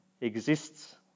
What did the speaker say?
exists